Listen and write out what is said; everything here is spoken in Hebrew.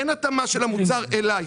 אין התאמה של המוצר אליך.